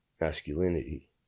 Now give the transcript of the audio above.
masculinity